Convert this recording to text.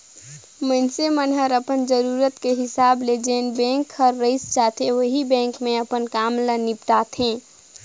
मइनसे मन हर अपन जरूरत के हिसाब ले जेन बेंक हर रइस जाथे ओही बेंक मे अपन काम ल निपटाथें